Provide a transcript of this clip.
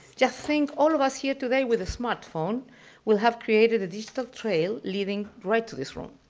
just think, all of us here today with a smart phone will have created a digital trail leading right to this room.